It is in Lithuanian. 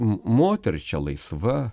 moteris čia laisva